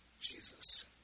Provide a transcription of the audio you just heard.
Jesus